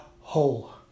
whole